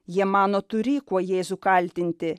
jie mano turį kuo jėzų kaltinti